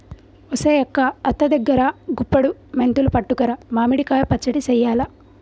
ఒసెయ్ అక్క అత్త దగ్గరా గుప్పుడి మెంతులు పట్టుకురా మామిడి కాయ పచ్చడి సెయ్యాల